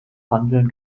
handeln